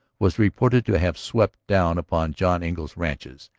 was reported to have swept down upon john engle's ranches,